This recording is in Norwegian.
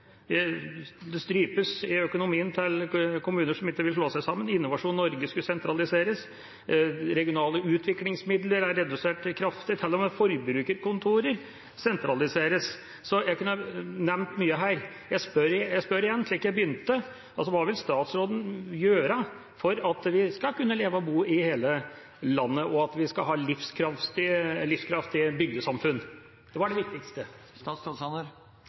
Økonomien til kommuner som ikke vil slå seg sammen, strupes. Innovasjon Norge skal sentraliseres. Regionale utviklingsmidler er redusert kraftig. Til og med forbrukerkontor sentraliseres. Jeg kunne nevnt mye her. Jeg spør igjen, slik som jeg begynte: Hva vil statsråden gjøre for at vi skal kunne leve og bo i hele landet, og for at vi skal ha livskraftige bygdesamfunn? Det var det viktigste.